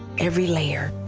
every layer,